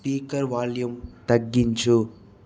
speaker volume తగ్గించు